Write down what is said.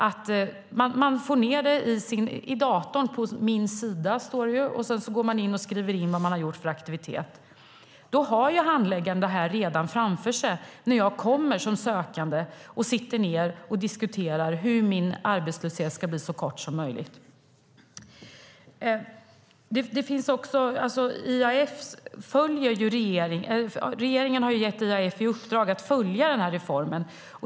Man för in i datorn på det som kallas min sida vad man har gjort för aktivitet. Då har handläggaren detta framför sig när den sökande kommer och sitter ned och diskuterar hur den sökandes arbetslöshet ska bli så kort som möjligt. Regeringen har gett IAF i uppdrag att följa denna reform.